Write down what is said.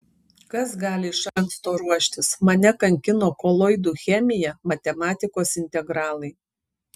kas gali iš anksto ruoštis mane kankino koloidų chemija matematikos integralai